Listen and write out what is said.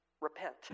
repent